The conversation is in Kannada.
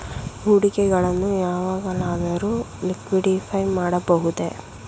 ಹೂಡಿಕೆಗಳನ್ನು ಯಾವಾಗಲಾದರೂ ಲಿಕ್ವಿಡಿಫೈ ಮಾಡಬಹುದೇ?